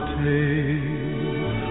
take